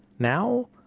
now?